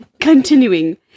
continuing